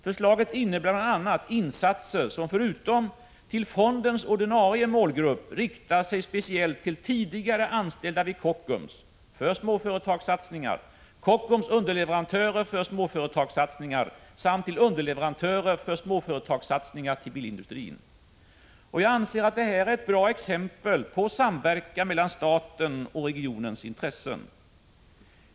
Förslaget innebär bl.a. insatser, som förutom till fondens ordinarie målgrupp riktar sig speciellt till tidigare anställda vid Kockums för småföretagssatsningar, till Kockums underleverantörer för småföretagssatsningar samt till underleverantörer till bilindustrin för småföretagssatsningar. Jag anser att detta är ett bra exempel på samverkan mellan statens och regionens intressen.